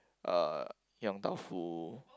uh Yong-Tau-Foo